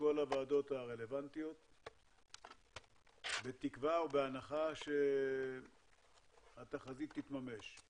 כל הוועדות הרלוונטיות בתקווה ובהנחה שהתחזית תתממש.